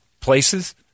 places